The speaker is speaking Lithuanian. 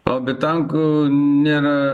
o be tankų nėra